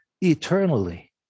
eternally